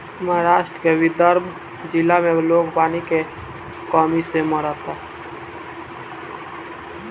महाराष्ट्र के विदर्भ जिला में लोग पानी के कमी से मरता